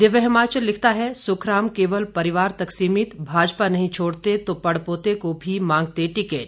दिव्य हिमाचल लिखता है सुखराम केवल परिवार तक सीमित भाजपा नहीं छोड़ते तो पड़पोते को भी मांगते टिकट